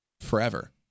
forever